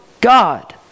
God